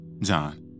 John